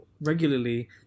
regularly